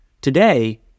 Today